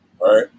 right